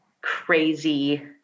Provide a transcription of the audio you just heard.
crazy